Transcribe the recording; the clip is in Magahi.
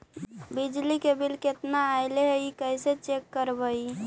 बिजली के बिल केतना ऐले हे इ कैसे चेक करबइ?